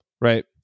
Right